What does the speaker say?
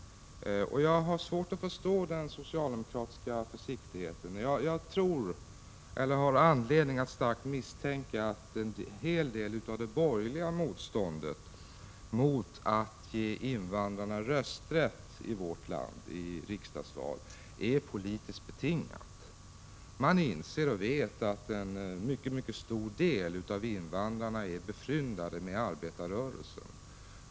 Jag har svårt att förstå den socialdemokratiska försiktigheten. Jag har anledning att starkt misstänka att en hel del av det borgerliga motståndet mot att ge invandrarna rösträtt i vårt land vid riksdagsval är politiskt betingat. Man inser och vet att en mycket stor del av invandrarna är befryndade med arbetarrörelsen.